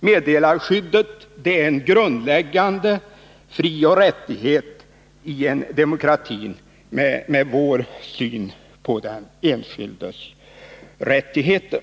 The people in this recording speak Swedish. Meddelarskyddet är en grundläggande frioch rättighet i en demokrati med vår syn på den enskildes rättigheter.